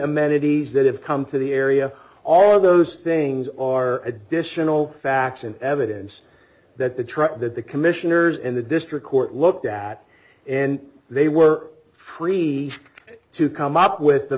amenities that have come to the area all of those things are additional facts and evidence that the truck that the commissioners in the district court looked at and they were free to come up with the